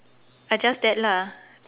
ah just that lah